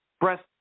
Breast